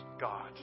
God